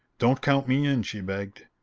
don't count me in! she begged.